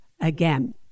again